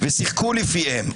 ושיחקו לפיהם.